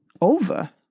over